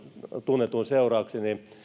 tunnetuin seurauksin niin